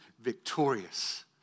victorious